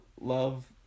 love